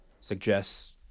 suggests